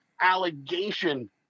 allegation